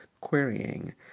querying